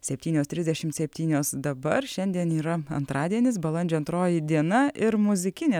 septynios trisdešimt septynios dabar šiandien yra antradienis balandžio antroji diena ir muzikinė